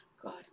God